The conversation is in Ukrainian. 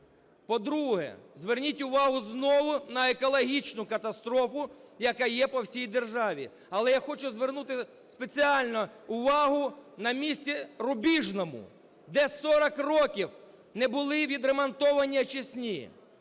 По-друге, зверніть увагу знову на екологічну катастрофу, яка є по всій державі. Але я хочу звернути спеціально увагу на місто Рубіжне, де 40 років не було відремонтовані очисні.